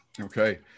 Okay